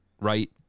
right